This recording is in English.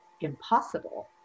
impossible